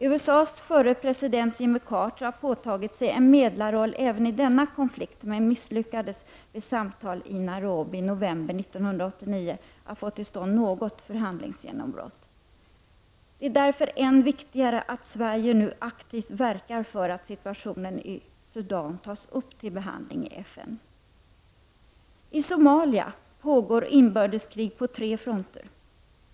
USAs förre president Jimmy Carter har påtagit sig en medlarroll även i denna konflikt, men misslyckades vid samtal i Nairobi i november 1989 att få till stånd något förhandlingsgenombrott. Det är därför ännu viktigare att Sverige aktivt verkar för att situationen i Sudan tas upp till behandling i FN. I Somalia pågår inbördeskrig på tre fronter.